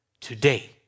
Today